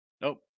Nope